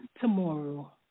tomorrow